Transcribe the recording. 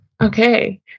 Okay